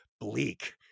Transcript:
Bleak